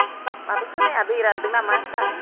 माथो खोनाया दै रानदों नामा होनदों आं